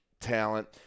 talent